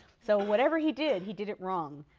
so whatever he did he did it wrong.